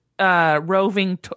Roving